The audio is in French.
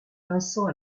vincent